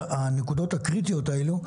הנקודות הקריטיות האלה,